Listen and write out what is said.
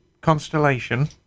constellation